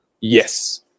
Yes